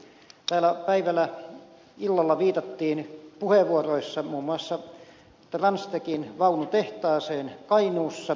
täällä päivällä ja illalla viitattiin puheenvuoroissa muun muassa transtechin vaunutehtaaseen kainuussa